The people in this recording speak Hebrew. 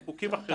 זה חוקים אחרים.